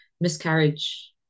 miscarriage